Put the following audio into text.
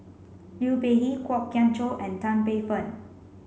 Liu Peihe Kwok Kian Chow and Tan Paey Fern